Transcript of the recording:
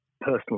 personal